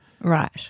Right